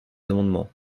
amendements